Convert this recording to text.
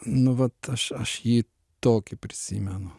nu vat aš aš jį tokį prisimenu